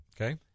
Okay